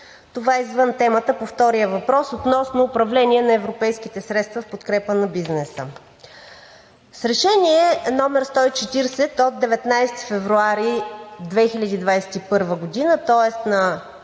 Това е извън темата. По втория въпрос – относно управление на европейските средства в подкрепа на бизнеса. С Решение № 140 от 19 февруари 2021 г., тоест на